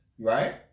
Right